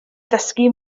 ddysgu